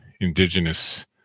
Indigenous